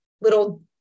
little